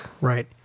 Right